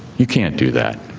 you can't do that.